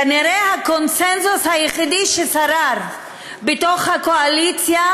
כנראה הקונסנזוס היחיד ששרר בתוך הקואליציה